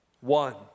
One